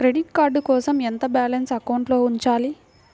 Credit card కోసం ఎంత balance అకౌంట్లో ఉంచాలి?